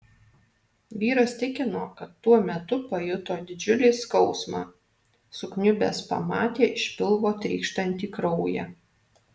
vyras tikino kad tuo metu pajuto didžiulį skausmą sukniubęs pamatė iš pilvo trykštantį kraują